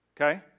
Okay